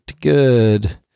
good